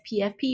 PFP